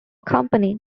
company